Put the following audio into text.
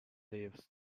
leaves